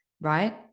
right